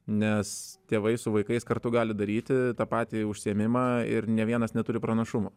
nes tėvai su vaikais kartu gali daryti tą patį užsiėmimą ir nė vienas neturi pranašumo